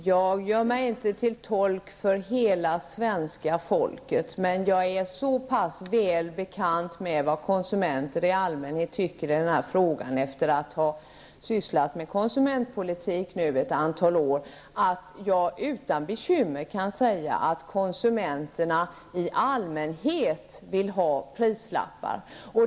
Fru talman! Jag gör mig inte till tolk för hela svenska folket, men jag är så pass väl bekant med vad konsumenter tycker i allmänhet efter att ha sysslat med konsumentpolitik ett antal år, att jag utan bekymmer kan säga att konsumenterna vill ha prislappar.